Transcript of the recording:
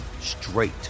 straight